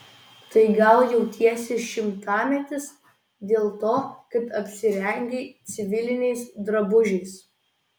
tai gal jautiesi šimtametis dėl to kad apsirengei civiliniais drabužiais